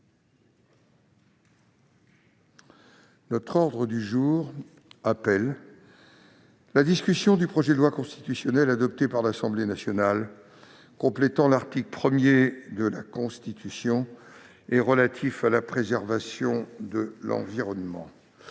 L'ordre du jour appelle la discussion du projet de loi constitutionnelle, adopté par l'Assemblée nationale, complétant l'article 1 de la Constitution et relatif à la préservation de l'environnement